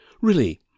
Really